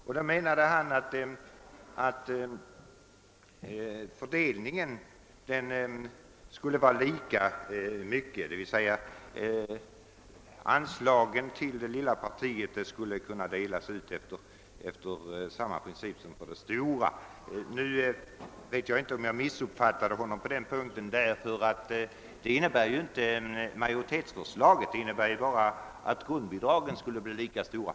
Herr Larsson i Luttra menade att fördelningen då skulle vara densamma, d.v.s. att anslaget till det lilla partiet skulle delas lika med det stora. Men det är inte innebörden av majoritetens förslag. Det är möjligt att jag missuppfattade herr Larsson i Luttra på den punkten. Majoritetens förslag innebär bara att grundbidragen skall bli lika stora.